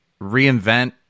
reinvent